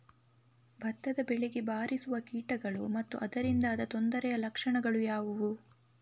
ಭತ್ತದ ಬೆಳೆಗೆ ಬಾರಿಸುವ ಕೀಟಗಳು ಮತ್ತು ಅದರಿಂದಾದ ತೊಂದರೆಯ ಲಕ್ಷಣಗಳು ಯಾವುವು?